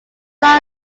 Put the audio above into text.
son